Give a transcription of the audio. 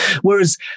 Whereas